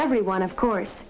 everyone of course